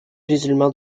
musulmans